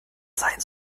sein